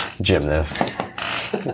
Gymnast